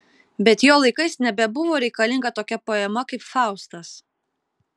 bet jo laikais nebebuvo reikalinga tokia poema kaip faustas